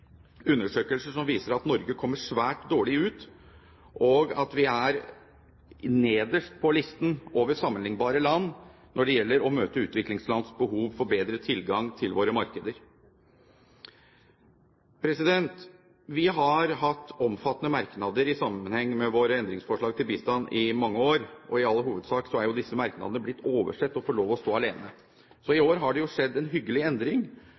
undersøkelser som viser at Norge kommer svært dårlig ut, og at vi er nederst på listen over sammenlignbare land når det gjelder å møte utviklingslands behov for bedre tilgang til våre markeder. Vi har hatt omfattende merknader i sammenheng med våre endringsforslag til bistand i mange år, og i all hovedsak er disse merknadene oversett og har fått lov til å stå alene. Så i år har det skjedd en hyggelig endring,